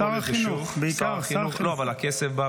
שר החינוך, בעיקר